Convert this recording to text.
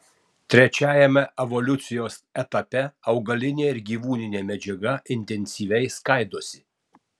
trečiajame evoliucijos etape augalinė ir gyvūninė medžiaga intensyviai skaidosi